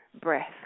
breath